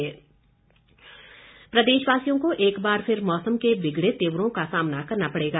मौसम प्रदेशवासियों को एक बार फिर मौसम के बिगड़े तेवरों का सामना करना पड़ेगा